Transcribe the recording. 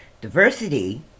Diversity